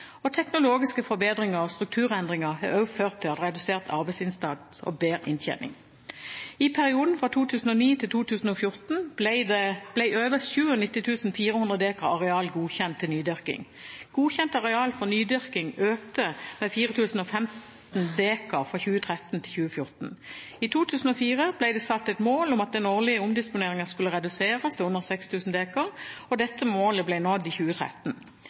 enhet. Teknologiske forbedringer og strukturendringer har også ført til redusert arbeidsinnsats og bedre inntjening. I perioden fra 2009 til 2014 ble over 97 400 dekar areal godkjent til nydyrking. Godkjent areal for nydyrking økte med 4 015 dekar fra 2013 til 2014. I 2004 ble det satt et mål om at den årlige omdisponeringen skulle reduseres til under 6 000 dekar. Dette målet ble nådd i 2013.